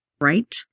right